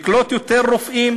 לקלוט יותר רופאים